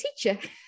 teacher